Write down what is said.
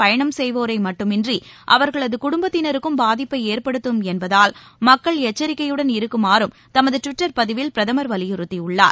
பயணம் செய்வோரைமட்டுமின்றிஅவர்களதுகுடும்பத்தினருக்கும் அவசியமற்றபயணங்கள் பாதிப்பைஏற்படுத்தும் என்பதால் மக்கள் எச்சரிக்கையுடன் இருக்குமாறும் தமதுட்விட்டர் பதிவில் பிரதமர் வலியுறுத்தியுள்ளார்